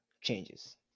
changes